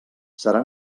serà